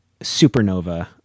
supernova